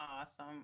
awesome